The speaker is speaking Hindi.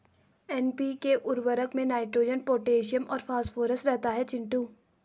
एन.पी.के उर्वरक में नाइट्रोजन पोटैशियम और फास्फोरस रहता है चिंटू